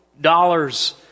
dollars